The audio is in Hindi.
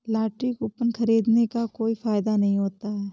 लॉटरी कूपन खरीदने का कोई फायदा नहीं होता है